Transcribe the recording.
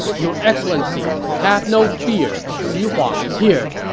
your excellency, have no fear! xu huang is here!